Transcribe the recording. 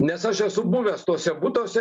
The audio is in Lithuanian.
nes aš esu buvęs tuose butuose